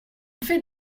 l’effet